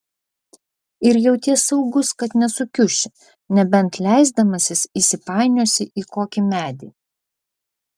ir jauties saugus kad nesukiuši nebent leisdamasis įsipainiosi į kokį medį